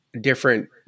different